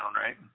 right